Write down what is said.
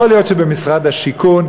יכול להיות שבמשרד השיכון.